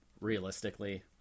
realistically